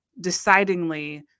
decidingly